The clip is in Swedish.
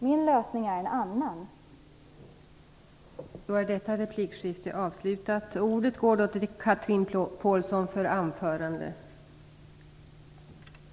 Jag vill ha en annan lösning.